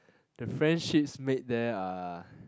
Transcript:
the friendships made there are